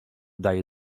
daje